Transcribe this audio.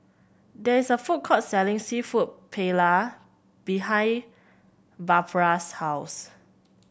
there is a food court selling seafood Paella behind Barbra's house